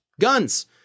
Guns